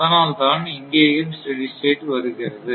அதனால் தான் இங்கேயும் ஸ்டெடி ஸ்டேட் வருகிறது